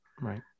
Right